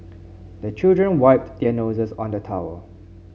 the children wipe their noses on the towel